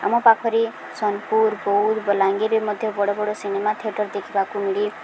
ଆମ ପାଖରେ ସୋନପୁର ବୌଦ୍ଦ ବଲାଙ୍ଗୀରେ ମଧ୍ୟ ବଡ଼ ବଡ଼ ସିନେମା ଥିଏଟର ଦେଖିବାକୁ ମିଳେ